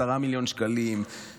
10 מיליון שקלים,